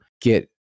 get